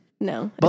no